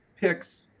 picks